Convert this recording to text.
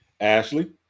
Ashley